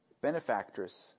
benefactress